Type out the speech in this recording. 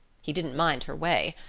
he didn't mind her way.